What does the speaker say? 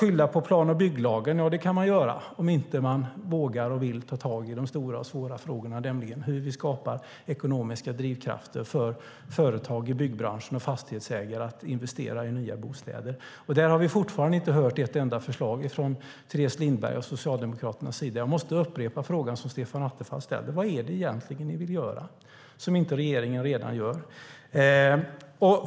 Skylla på plan och bygglagen kan man alltså göra om man inte vågar ta tag i de stora och svåra frågorna, nämligen hur vi skapar ekonomiska drivkrafter för företag i byggbranschen och fastighetsägare att investera i nya bostäder. Där har vi fortfarande inte hört ett enda förslag från Teres Lindberg och Socialdemokraterna. Jag måste upprepa frågan som Stefan Attefall ställde. Vad är det egentligen som ni vill göra som regeringen inte redan gör?